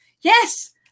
yes